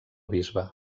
bisbe